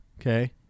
okay